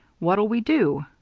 what'll we do?